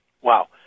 Wow